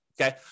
okay